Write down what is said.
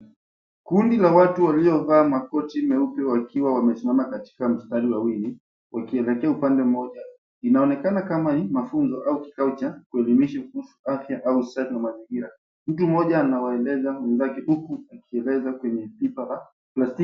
Kundi la watu waliovaa makoti meupe wakiwa wamesimama katika mstari wawili wakielekea upande mmoja. Inaonekana kama ni mafunzo au kikao cha kuelimisha kuhusu afya au usafi wa mazingira. Mtu mmoja anawaeleza wenzake huku akieleza kwenye pipa la plastiki.